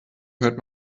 hört